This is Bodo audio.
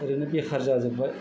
ओरैनो बेखार जाजोबबाय